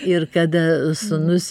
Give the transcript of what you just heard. ir kada sūnus